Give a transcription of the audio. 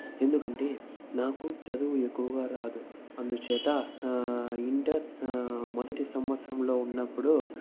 ఎందుకంటే నాకు చదువు ఎక్కువగా రాదు అందుచేత ఇంటర్ మొదటి సంవత్సరంలో ఉన్నప్పుడు